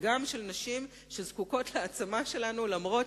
וגם לנשים שזקוקות להעצמה שלנו למרות